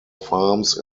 farms